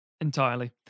Entirely